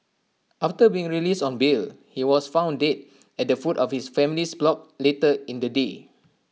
after being released on bail he was found dead at the foot of his family's block later in the day